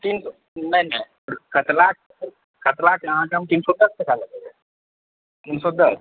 तीन नहि नहि कतला कतलाके अहाँके हम तीन सए दश टका लगैबे तीन सए दश